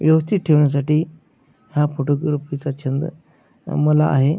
व्यवस्थित ठेवण्यासाठी हा फोटोग्राफीचा छंद आम्हाला आहे